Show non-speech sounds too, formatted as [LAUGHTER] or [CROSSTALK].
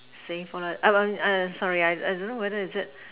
same for the [NOISE] sorry I I don't know whether is it